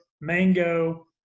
mango